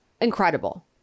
incredible